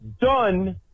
done